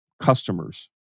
customers